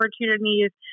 opportunities